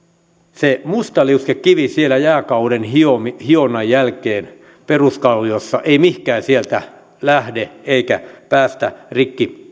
se mustaliuskekivi siellä jääkauden hionnan jälkeen peruskalliossa ei mihinkään sieltä lähde eikä päästä rikkihappoa